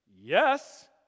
yes